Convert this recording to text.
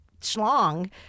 schlong